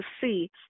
see